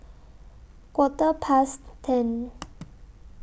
Quarter Past ten